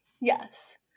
yes